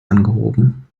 angehoben